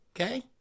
Okay